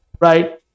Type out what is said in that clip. right